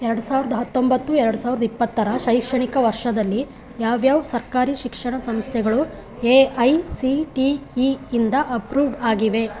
ಎರಡು ಸಾವ್ರ್ದ ಹತ್ತೊಂಬತ್ತು ಎರಡು ಸಾವಿರ ಇಪ್ಪತ್ತರ ಶೈಕ್ಷಣಿಕ ವರ್ಷದಲ್ಲಿ ಯಾವ್ಯಾವ ಸರ್ಕಾರಿ ಶಿಕ್ಷಣ ಸಂಸ್ಥೆಗಳು A I C T E ಇಂದ ಅಪ್ರೂವ್ಡ್ ಆಗಿವೆ